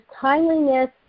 timeliness